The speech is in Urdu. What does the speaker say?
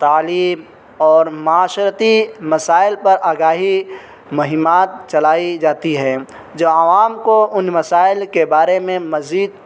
تعلیم اور معاشرتی مسائل پر آگاہی مہمات چلائی جاتی ہے جو عوام کو ان مسائل کے بارے میں مزید